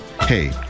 Hey